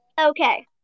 Okay